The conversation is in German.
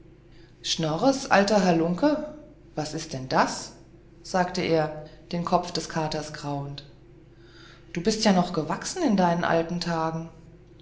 alter halunke was ist denn das sagte er den kopf des katers kraulend du bist ja noch gewachsen in deinen alten tagen